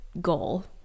goal